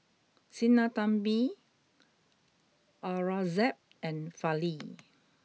Sinnathamby Aurangzeb and Fali